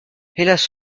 hélas